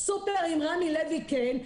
סופר עם רמי לוי - כן.